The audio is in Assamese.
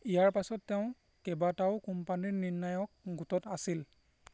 ইয়াৰ পাছত তেওঁ কেইবাটাও কোম্পানীৰ নিৰ্ণায়ক গোটত আছিল